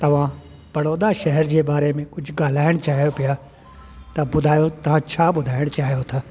तव्हां बड़ौदा शहर जे बारे में कुझु ॻाल्हाइण चाहियो पिया त ॿुधायो तव्हां छा ॿुधाइण चाहियो था